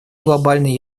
глобальной